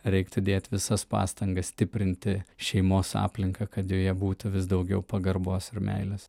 reiktų dėt visas pastangas stiprinti šeimos aplinką kad joje būtų vis daugiau pagarbos ir meilės